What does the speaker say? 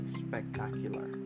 spectacular